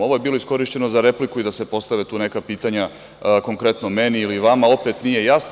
Ovo je bilo iskorišćeno za repliku i da se postave tu neka pitanja, konkretno meni ili vama, opet nije jasno.